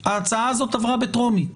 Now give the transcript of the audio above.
ב-28 ביולי ההצעה הזאת עברה בטרומית.